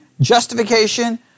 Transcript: justification